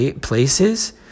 places